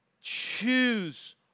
Choose